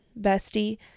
bestie